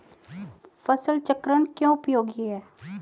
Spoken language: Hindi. फसल चक्रण क्यों उपयोगी है?